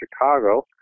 Chicago